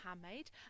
handmade